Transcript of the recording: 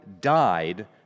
died